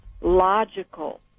Logical